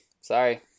Sorry